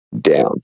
down